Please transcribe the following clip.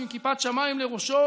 עם כיפת שמיים לראשו,